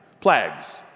plagues